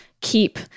keep